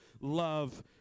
love